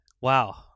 Wow